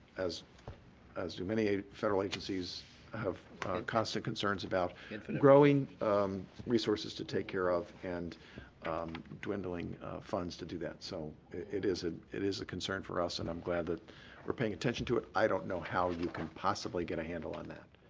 as as do many federal agencies have constant concerns about and growing resources to take care of and dwindling funds to do that, so it is ah it is a concern for us, and i'm glad that we're paying attention to it. i don't know how you can possibly get a handle on that.